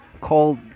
called